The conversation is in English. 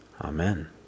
amen